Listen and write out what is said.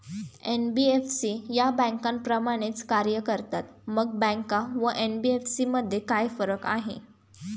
NBFC या बँकांप्रमाणेच कार्य करतात, मग बँका व एन.बी.एफ.सी मध्ये काय फरक आहे?